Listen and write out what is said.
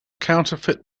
counterfeit